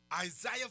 Isaiah